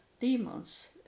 demons